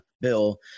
bill